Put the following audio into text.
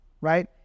right